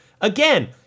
again